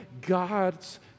God's